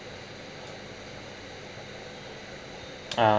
ah